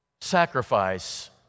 Sacrifice